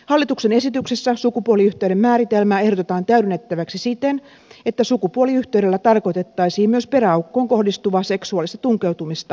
hallituksen esityksessä sukupuoliyhteyden määritelmää ehdotetaan täydennettäväksi siten että sukupuoliyhteydellä tarkoitettaisiin myös peräaukkoon kohdistuvaa seksuaalista tunkeutumista toisen kehoon